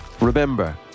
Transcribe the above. Remember